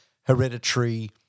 hereditary